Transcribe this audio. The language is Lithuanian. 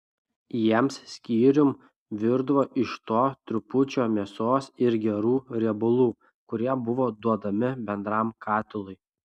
jiems skyrium virdavo iš to trupučio mėsos ir gerų riebalų kurie buvo duodami bendram katilui